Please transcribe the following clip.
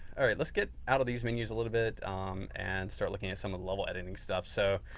let's get out of these menus a little bit and start looking at some of the level editing stuff. so,